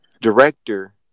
director